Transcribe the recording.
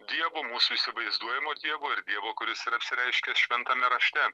dievo mūsų įsivaizduojamo dievo ir dievo kuris yra apsireiškęs šventame rašte